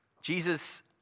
Jesus